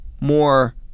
more